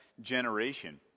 generation